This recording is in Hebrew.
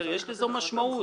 יש לזה משמעות.